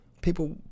People